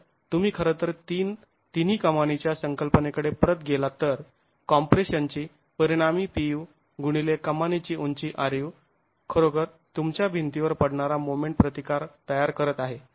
तर तुम्ही खरंतर तिन्ही कमानीच्या संकल्पनेकडे परत गेला तर कॉम्प्रेशन ची परिणामी Pu गुणिले कमानीची उंची ru खरोखर तुमच्या भिंतीवर पडणारा मोमेंट प्रतिकार तयार करत आहे